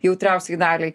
jautriausiai daliai